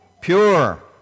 pure